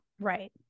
right